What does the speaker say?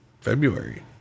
february